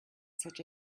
such